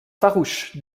farouche